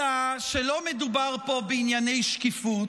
אלא שלא מדובר פה בענייני שקיפות,